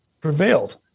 prevailed